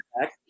back